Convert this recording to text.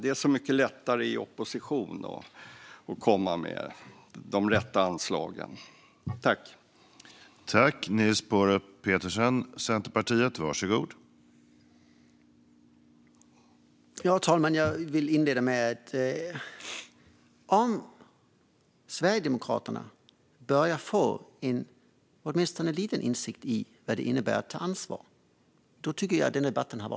Det är så mycket lättare att komma med de rätta anslagen i opposition.